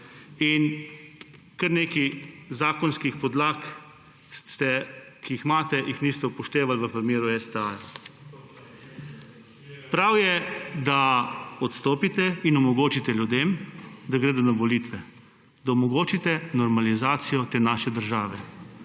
in kar nekaj zakonskih podlag, ki jih imate, niste upoštevali v primeru STA. Prav je, da odstopite in omogočite ljudem, da gredo na volitve, da omogočite normalizacijo te naše države.